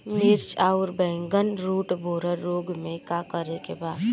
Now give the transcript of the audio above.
मिर्च आउर बैगन रुटबोरर रोग में का करे के बा?